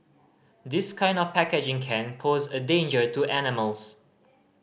this kind of packaging can pose a danger to animals